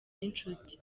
n’inshuti